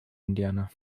indiana